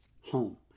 Home